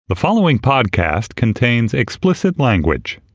the following podcast contains explicit language